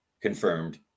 confirmed